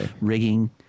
rigging